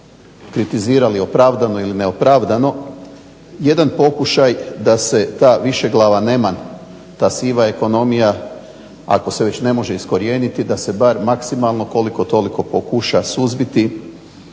kritizirali opravdano ili neopravdano jedan pokušaj da se ta višeglava neman, ta siva ekonomija, ako se već ne može iskorijeniti da se bar maksimalno koliko toliko pokuša suzbiti.